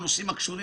מנהל חטיבת השקעות.